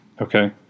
Okay